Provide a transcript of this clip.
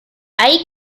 ahí